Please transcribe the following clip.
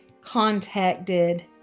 contacted